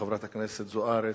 וחברת הכנסת זוארץ,